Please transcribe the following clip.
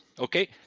Okay